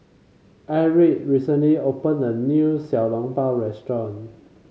Erick recently opened a new Xiao Long Bao restaurant